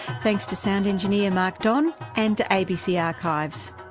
thanks to sound engineer, mark don and to abc archives.